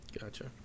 Gotcha